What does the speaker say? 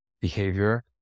behavior